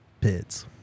pits